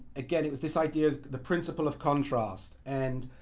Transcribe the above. again, it was this idea is the principle of contrast. and,